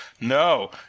no